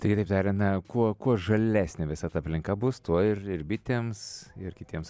tai kitaip tariant na kuo kuo žalesnė visa ta aplinka bus tuo ir ir bitėms ir kitiems